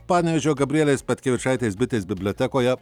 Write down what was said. panevėžio gabrielės petkevičaitės bitės bibliotekoje